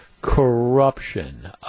corruption